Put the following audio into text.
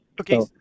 Okay